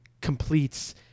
completes